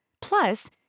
Plus